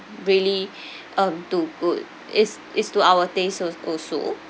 really um too good it's it's to our taste als~ also